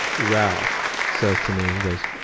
ralph, says to me, he goes,